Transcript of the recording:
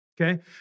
Okay